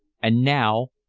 and now,